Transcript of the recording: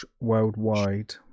worldwide